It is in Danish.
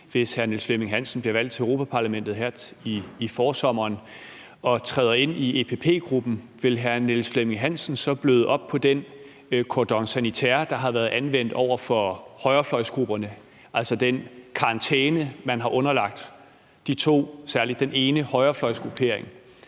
Hvis hr. Niels Flemming Hansen bliver valgt til Europa-Parlamentet her i forsommeren og træder ind i EPP-gruppen, vil hr. Niels Flemming Hansen så bløde op på den cordon sanitaire, der har været anvendt over for højrefløjsgrupperne, altså den karantæne, man har underlagt de to grupper, særlig den ene højrefløjsgruppering,